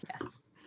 yes